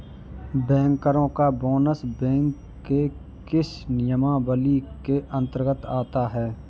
बैंकरों का bonus bank के किस नियमावली के अंतर्गत आता है?